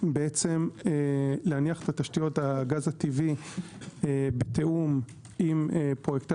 להניח את תשתיות הגז הטבעי בתיאום עם פרויקטי